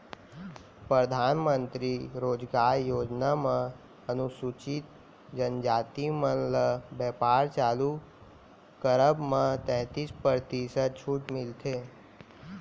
परधानमंतरी रोजगार योजना म अनुसूचित जनजाति मन ल बेपार चालू करब म तैतीस परतिसत छूट मिलथे